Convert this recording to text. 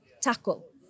tackle